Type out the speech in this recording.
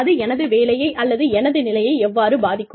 அது எனது வேலையை அல்லது எனது நிலையை எவ்வாறு பாதிக்கும்